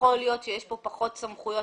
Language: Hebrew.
שיכול להיות שיש כאן פחות סמכויות